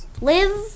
live